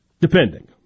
Depending